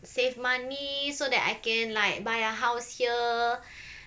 save money so that I can like buy a house here